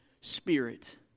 Spirit